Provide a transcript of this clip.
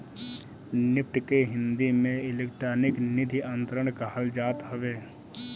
NEFT के हिंदी में electronic निधि अंतरण कहल जात हवे